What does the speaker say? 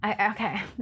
Okay